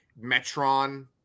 Metron